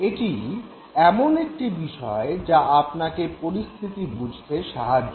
এটি এমন একটি বিষয় যা আপনাকে পরিস্থিতি বুঝতে সাহায্য করে